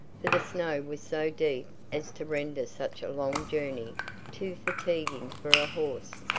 for the snow was so deep as to render such a long journey too fatiguing for a horse.